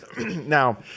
Now